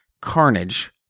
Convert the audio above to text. Carnage